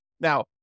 Now